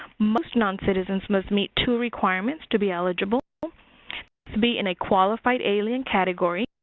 most non-citizens must meet two requirements to be eligible to be in a qualified alien category